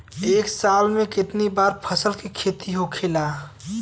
एक साल में कितना बार फसल के खेती होखेला?